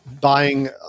buying